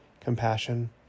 compassion